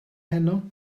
heno